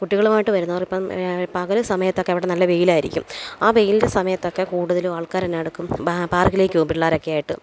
കുട്ടികളുമായിട്ട് വരുന്നവർ ഇപ്പോള് പകല് സമയത്തൊക്കെ അവിടെ നല്ല വെയിലായിരിക്കും ആ വെയിലിന്റെ സമയത്തൊക്കെ കൂടുതലുമാൾക്കാര് എന്നാ എടുക്കും പാ പാര്ക്കിലേക്ക് പിള്ളേരൊക്കേയായിട്ട്